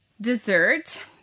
dessert